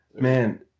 man